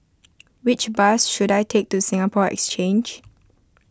which bus should I take to Singapore Exchange